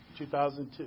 2002